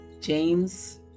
James